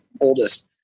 oldest